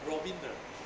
robin 的